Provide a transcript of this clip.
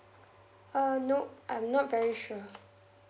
uh nop I'm not very sure